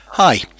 Hi